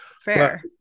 Fair